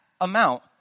amount